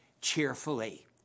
cheerfully